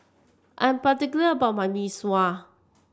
I'm particular about my Mee Sua